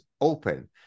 open